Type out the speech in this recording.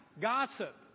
gossip